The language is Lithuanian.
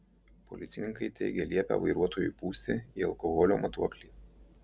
policininkai teigia liepę vairuotojui pūsti į alkoholio matuoklį